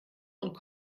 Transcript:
und